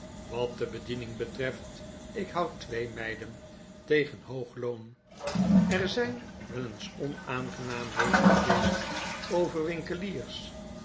wat de biediening betreft ik houd twee meiden tegen hoog loon er zgn wel eens onaangenaamheden geweest over winkeliers